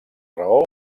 raó